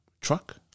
truck